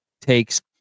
Takes